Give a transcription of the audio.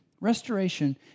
Restoration